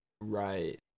Right